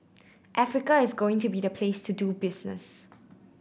Africa is going to be the place to do business